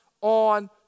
on